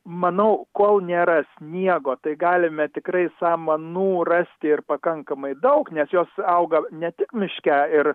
manau kol nėra sniego tai galime tikrai samanų rasti ir pakankamai daug nes jos auga ne tik miške ir